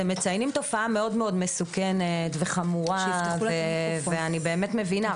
אתם מציינים תופעה מאוד מסוכנת וחמורה ואני באמת מבינה.